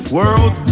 world